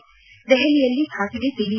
ನವದೆಹಲಿಯಲ್ಲಿ ಖಾಸಗಿ ಟಿ